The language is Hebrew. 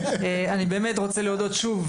אני באמת רוצה להודות שוב